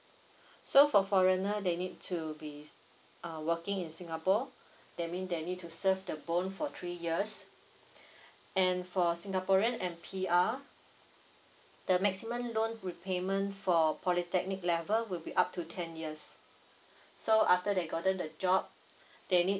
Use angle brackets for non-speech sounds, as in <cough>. <breath> so for foreigner they need to be uh working in singapore that mean they need to serve the bond for three years <breath> and for singaporean M_P_R the maximum loan repayment for polytechnic level will be up to ten years <breath> so after they gotten the job <breath> they need